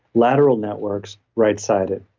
lateral networks, right sided.